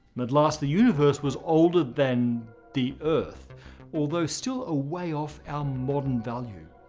at last, the universe was older than the earth although still a way off our modern value.